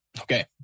Okay